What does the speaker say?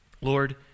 Lord